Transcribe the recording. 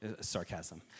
Sarcasm